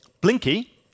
Blinky